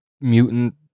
mutant